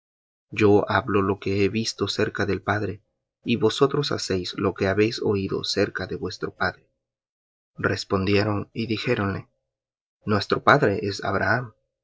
yo hablo lo que he visto cerca del padre y vosotros hacéis lo que habéis oído cerca de vuestro padre respondieron y dijéronle nuestro padre es abraham